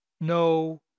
no